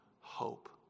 hope